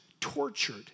tortured